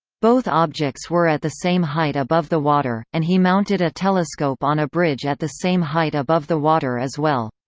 both objects were at the same height above the water, and he mounted a telescope on a bridge at the same height above the water as well.